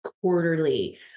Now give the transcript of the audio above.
quarterly